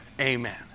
amen